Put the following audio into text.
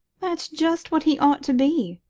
that's just what he ought to be.